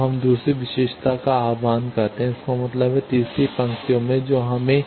अब हम दूसरी विशेषता का आह्वान करते हैं इसका मतलब है तीसरी पंक्तियाँ जो हमें